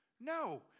No